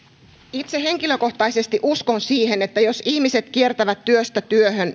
itse henkilökohtaisesti uskon siihen että jos ihmiset kiertävät työstä työhön